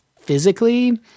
physically